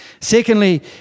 Secondly